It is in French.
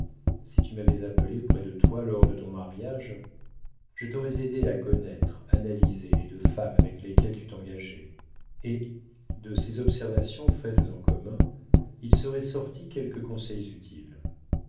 si tu m'avais appelé près de toi lors de ton mariage je t'aurais aidé à connaître analyser les deux femmes avec lesquelles tu t'engageais et de ces observations faites en commun il serait sorti quelques conseils utiles